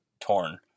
torn